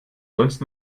sonst